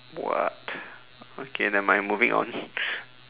what okay nevermind moving on